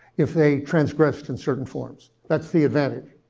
if they transgressed in certain forms. that's the advantage.